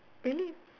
really